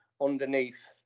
underneath